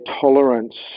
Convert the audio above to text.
tolerance